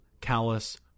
callous